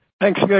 Thanks